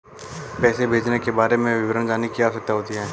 पैसे भेजने के बारे में विवरण जानने की क्या आवश्यकता होती है?